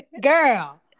Girl